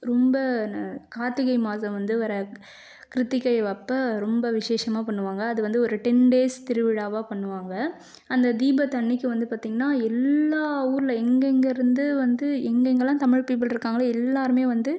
ரொம்ப ந கார்த்திகை மாதம் வந்து வர கிருத்திகை அப்போ ரொம்ப விசேஷமாக பண்ணுவாங்க அது வந்து ஒரு டென் டேஸ் திருவிழாவாக பண்ணுவாங்க அந்த தீபத்து அன்னைக்கு வந்து பார்த்திங்கன்னா எல்லா ஊரில் எங்கெங்கே இருந்து வந்து எங்கே எங்கேளாம் தமிழ் பீப்புள் இருக்காங்களோ எல்லோருமே வந்து